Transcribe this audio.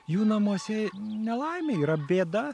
jų namuose nelaimė yra bėda